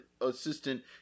assistant